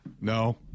no